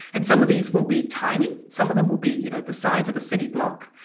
and some of these will be tiny. some of them will be, you know, the size of a city block.